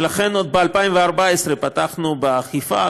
ולכן עוד ב-2014 פתחנו באכיפה,